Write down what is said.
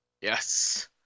Yes